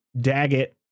Daggett